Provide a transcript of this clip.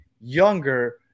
younger